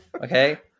Okay